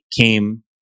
came